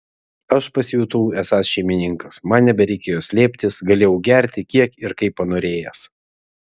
aš pasijutau esąs šeimininkas man nebereikėjo slėptis galėjau gerti kiek ir kaip panorėjęs